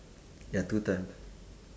ya two time